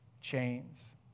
chains